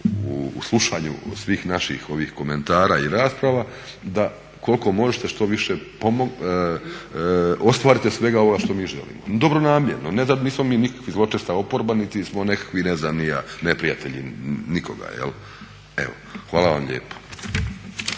u slušanju svih naših ovih komentara i rasprava, da koliko možete što više ostvarite svega ovoga što mi želimo, dobronamjerno. Ne da, nismo mi nikakvi zločesta oporba, niti smo nekakvi ne znam ni ja neprijatelji nikoga. Evo hvala vam lijepo.